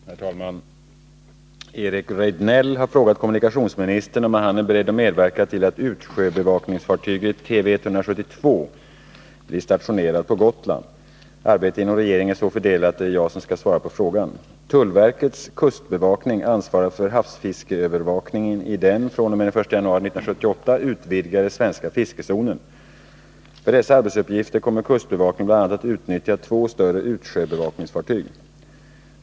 Herr talman! Eric Rejdnell har frågat kommunikationsministern om han är beredd att medverka till att utsjöbevakningsfartyget Tv 172 blir stationerat på Gotland. Arbetet inom regeringen är så fördelat att det är jag som skall svara på frågan. Tullverkets kustbevakning ansvarar för havsfiskeövervakningen i den fr.o.m. den 1 januari 1978 utvidgade svenska fiskezonen. För dessa arbetsuppgifter kommer kustbevakningen bl.a. att utnyttja två större utsjöbevakningsfartyg.